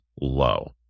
low